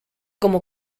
como